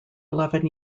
eleven